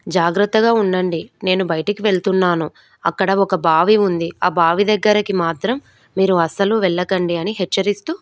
జాగ్రత్తగా ఉండండి నేను బయటికి వెళుతున్నాను అక్కడ ఒక బావి ఉంది ఆ బావి దగ్గరికి మాత్రం మీరు అస్సలు వెళ్ళకండి అని హెచ్చరిస్తు